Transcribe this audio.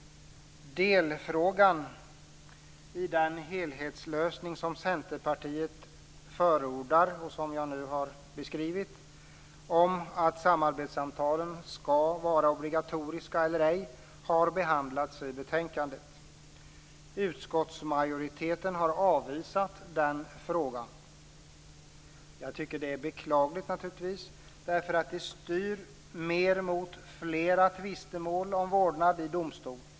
Delfrågan i den helhetslösning som Centerpartiet förordar, och som jag nu har beskrivit, om huruvida samarbetssamtalen skall vara obligatoriska eller ej har behandlats i betänkandet. Utskottsmajoriteten har avvisat den frågan. Jag tycker det är beklagligt, därför att det styr mer mot fler tvistemål om vårdnad i domstol.